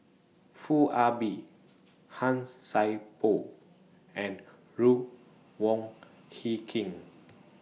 Foo Ah Bee Han Sai Por and Ruth Wong Hie King